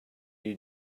you